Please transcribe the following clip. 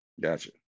Gotcha